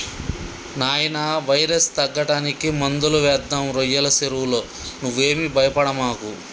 నాయినా వైరస్ తగ్గడానికి మందులు వేద్దాం రోయ్యల సెరువులో నువ్వేమీ భయపడమాకు